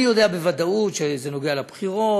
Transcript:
אני יודע בוודאות שזה נוגע לבחירות,